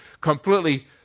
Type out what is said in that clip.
completely